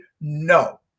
no